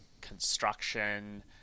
construction